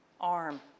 arm